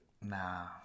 Nah